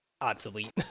obsolete